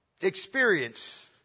experience